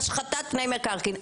השחתת פני מקרקעין.